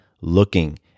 looking